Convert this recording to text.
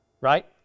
Right